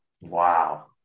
Wow